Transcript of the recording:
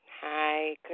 Hi